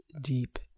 deep